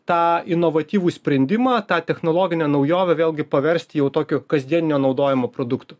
tą inovatyvų sprendimą tą technologinę naujovę vėlgi paversti jau tokiu kasdienio naudojimo produktu